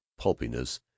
pulpiness